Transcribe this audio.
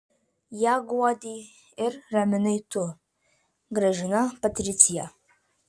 ją guodei ir raminai tu gražina patricija